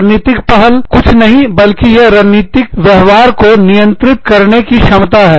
रणनीतिक पहल कुछ नहीं है बल्कि यह रणनीतिक व्यवहार को नियंत्रित करने की क्षमता है